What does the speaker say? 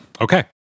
Okay